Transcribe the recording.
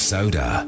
Soda